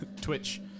Twitch